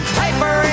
paper